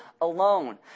alone